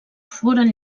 foren